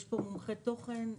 יש פה מומחה תוכן,